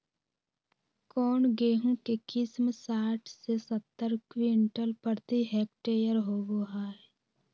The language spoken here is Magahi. कौन गेंहू के किस्म साठ से सत्तर क्विंटल प्रति हेक्टेयर होबो हाय?